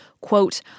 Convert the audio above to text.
quote